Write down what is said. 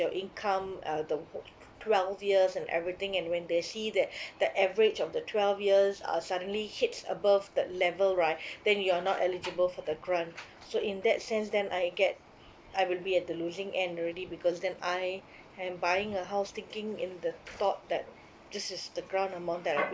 your income uh the twelve years and everything and when they see that the average of the twelve years uh suddenly hits above that level right then you're not eligible for the grant so in that sense then I get I will be at the losing end already because then I am buying a house thinking in the thought that this is the grant amount that I'll be